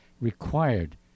required